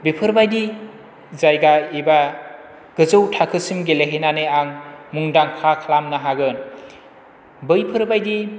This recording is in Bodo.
बेफोरबायदि जायगा एबा गोजौ थाखोसिम गेले हैनानै आं मुंदांखा खालामनो हागोन बैफोरबादि